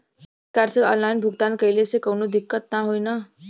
Debit card से online भुगतान कइले से काउनो दिक्कत ना होई न?